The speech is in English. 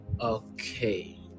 Okay